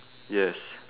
yes